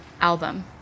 album